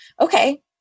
okay